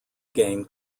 game